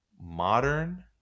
modern